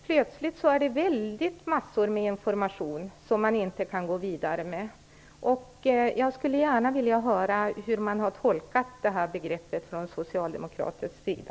Plötsligt är det en väldig massa information man inte kan gå vidare med. Jag skulle gärna vilja höra hur man har tolkat det här begreppet från socialdemokratisk sida.